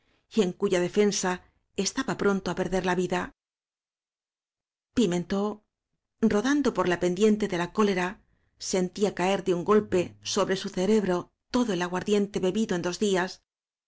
en cuya defensa estaba pronto á perder la vida pimentó rodando por la pendiente de la cólera sentía caer de un golpe sobre su cere bro todo el aguardiente bebido en dos días